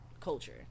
culture